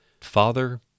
Father